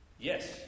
Yes